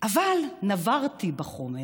אבל נברתי בחומר